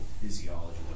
physiology